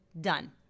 done